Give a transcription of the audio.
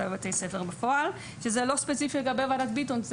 בבתי ספר בפועל שזה לא ספציפי לגבי וועדת ביטון,